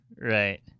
Right